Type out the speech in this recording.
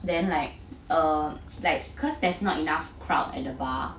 then like err like cause there's not enough crowd at the bar